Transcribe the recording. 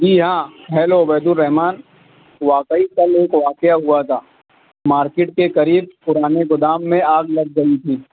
جی ہاں ہیلو عُبید الرّحمن واقعی کل ایک واقعہ ہوا تھا مارکیٹ کے قریب پُرانے گودام میں آگ لگ گئی تھی